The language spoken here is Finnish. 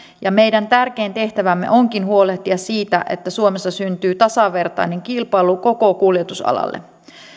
ja meidän tärkein tehtävämme onkin huolehtia siitä että suomessa syntyy tasavertainen kilpailu koko kuljetusalalle